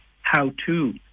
how-to